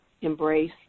embrace